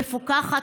מפוקחת,